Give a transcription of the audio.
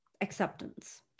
acceptance